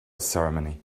ceremony